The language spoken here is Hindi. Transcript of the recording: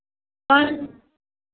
पाँच